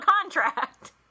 contract